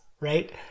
right